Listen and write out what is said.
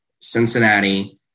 Cincinnati